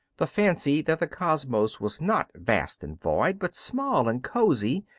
the fancy that the cosmos was not vast and void, but small and cosy,